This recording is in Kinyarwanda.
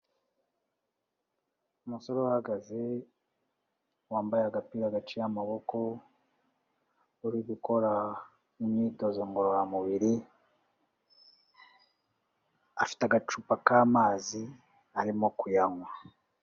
Umusore uhagaze wambaye agapira gaciye amaboko, uri gukora imyitozo ngororamubiri, afite agacupa k'amazi arimo kuyanywa.